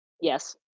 Yes